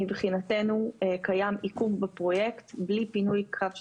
מבחינתנו קיים עיכוב בפרויקט, בלי פינוי כפר שלם,